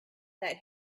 that